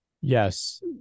yes